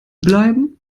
bleiben